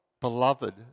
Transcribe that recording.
Beloved